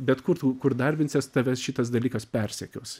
bet kur tu kur darbinsies tavęs šitas dalykas persekios